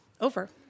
over